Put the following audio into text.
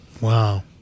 wow